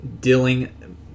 dealing